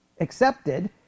accepted